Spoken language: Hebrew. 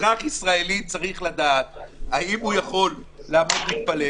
אזרח ישראלי צריך לדעת האם הוא יכול לעמוד ולהתפלל,